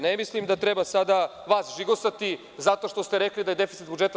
Ne mislim da treba vas žigosati zato što ste rekli da je deficit budžeta 7%